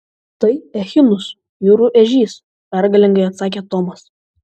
tai echinus jūrų ežys pergalingai atsakė tomas